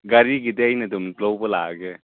ꯒꯥꯔꯤꯒꯤꯗꯤ ꯑꯩꯅ ꯑꯗꯨꯝ ꯂꯧꯕ ꯂꯥꯛꯑꯒꯦ